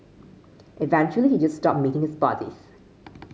eventually he just stopped meeting his buddies